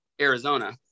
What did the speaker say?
Arizona